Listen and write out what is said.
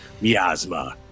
miasma